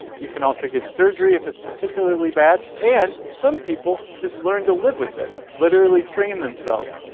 you can also get surgery if it's particularly bad. and some people just learn to live with it, literally train themselves.